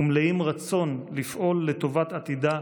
ומלאים רצון לפעול לטובת עתידה